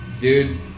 dude